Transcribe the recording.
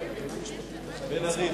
בן-ארי.